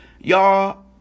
y'all